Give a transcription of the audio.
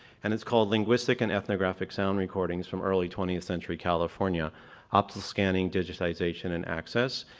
and it's called linguistic and ethnographic sound recordings from early twentieth century california optical scanning, digitization, and access.